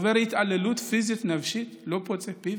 הוא עובר התעללות פיזית ונפשית ולא פוצה את פיו,